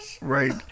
Right